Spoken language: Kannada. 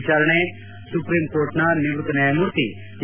ವಿಚಾರಣೆ ಸುಪ್ರೀಂಕೋರ್ಟ್ನ ನಿವೃತ್ತ ನ್ಯಾಯಮೂರ್ತಿ ಎ